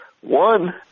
One